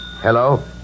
Hello